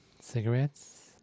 Cigarettes